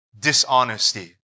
dishonesty